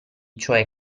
cioè